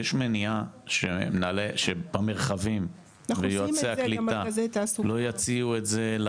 יש מניעה שבמרחבים ויועצי הקליטה לא יציעו את זה?